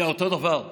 היה אותו דבר.